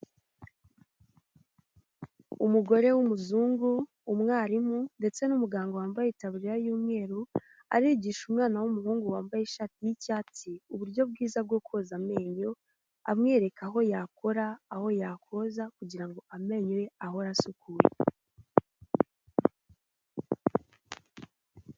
Umugore w'umuzungu, umwarimu ndetse n'umuganga wambaye tabiriya yumweru arigisha umwana w'umuhungu wambaye ishati y'icyatsi uburyo bwiza bwo koza amenyo amwereka aho yakora aho yakoza kugira ngo amenyo ye ahora asukuye.